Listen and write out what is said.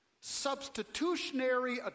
Substitutionary